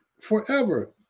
forever